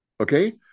okay